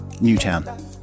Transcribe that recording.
Newtown